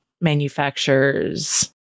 manufacturers